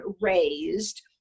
raised